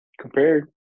compared